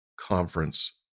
conference